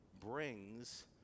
brings